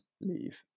leave